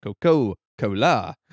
Coca-Cola